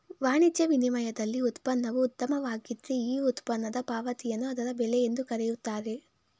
ವಾಣಿಜ್ಯ ವಿನಿಮಯದಲ್ಲಿ ಉತ್ಪನ್ನವು ಉತ್ತಮವಾಗಿದ್ದ್ರೆ ಈ ಉತ್ಪನ್ನದ ಪಾವತಿಯನ್ನು ಅದರ ಬೆಲೆ ಎಂದು ಕರೆಯುತ್ತಾರೆ